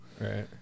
right